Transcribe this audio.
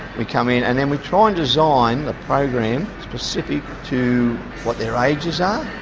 we come in and then we try and design a program specific to what their ages are,